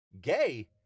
Gay